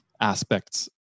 aspects